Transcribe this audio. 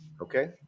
Okay